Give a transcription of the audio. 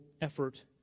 effort